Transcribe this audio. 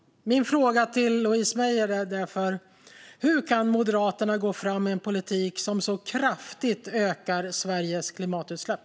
Min fråga till Louise Meijer är därför: Hur kan Moderaterna gå fram med en politik som så kraftigt ökar Sveriges klimatutsläpp?